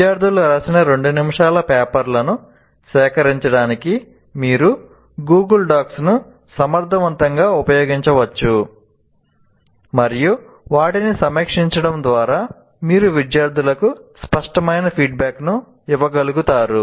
విద్యార్థులు రాసిన 2 నిమిషాల పేపర్లను సేకరించడానికి మీరు Google docs ను సమర్థవంతంగా ఉపయోగించవచ్చు మరియు వాటిని సమీక్షించడం ద్వారా మీరు విద్యార్థులకు స్పష్టమైన ఫీడ్బ్యాక్ ను ఇవ్వగలుగుతారు